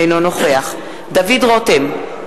אינו נוכח דוד רותם,